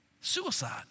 suicide